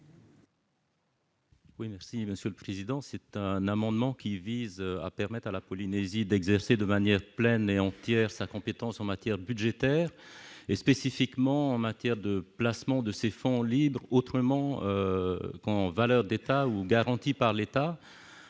est à M. Nuihau Laurey. Cet amendement vise à permettre à la Polynésie d'exercer de manière pleine et entière sa compétence en matière budgétaire et, spécifiquement, en matière de placement de ses fonds libres autrement qu'en valeur d'État ou garanties par l'État.